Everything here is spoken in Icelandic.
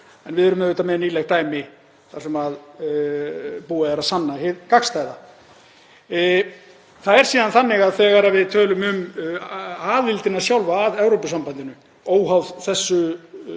en við erum auðvitað með nýlegt dæmi þar sem búið er að sanna hið gagnstæða. Það er síðan þannig að þegar við tölum um aðildina sjálfa að Evrópusambandinu, óháð þessari